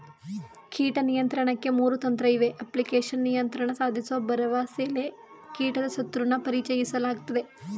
ಕೀಟ ನಿಯಂತ್ರಣಕ್ಕೆ ಮೂರು ತಂತ್ರಇವೆ ಕ್ಲಾಸಿಕಲ್ ನಿಯಂತ್ರಣ ಸಾಧಿಸೋ ಭರವಸೆಲಿ ಕೀಟದ ಶತ್ರುನ ಪರಿಚಯಿಸಲಾಗ್ತದೆ